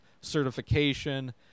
certification